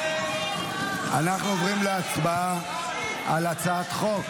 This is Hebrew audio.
אנחנו עוברים להצבעה על הצעת חוק